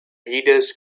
readers